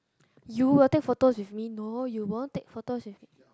you will take photos with me no you won't take photos with